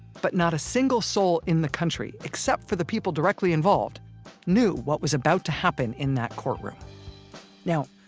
but not a single soul in the country, except for the people directly involved knew what was about to happen in that courtroom now,